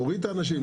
להוריד את האנשים,